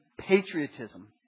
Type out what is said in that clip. patriotism